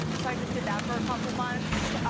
so i just did that for a couple of months.